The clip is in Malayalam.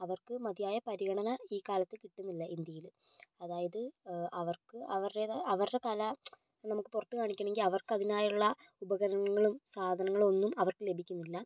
അവർക്ക് മതിയായ പരിഗണന ഈ കാലത്തു കിട്ടുന്നില്ല ഇന്ത്യയിൽ അതായത് അവർക്ക് അവരുടെതാ അവരുടെ കല നമുക്ക് പുറത്തു കാണിക്കണമെങ്കിൽ അവർക്ക് അതിനായുള്ള ഉപകരണങ്ങളും സാധനങ്ങളൊന്നും അവർക്ക് ലഭിക്കുന്നില്ല